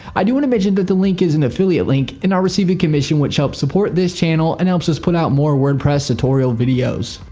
i do want to mention that the link is an affiliate link and i'll receive a commission which helps support this channel and helps put out more wordpress tutorial videos.